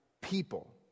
people